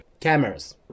cameras